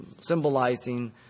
symbolizing